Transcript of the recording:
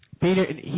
Peter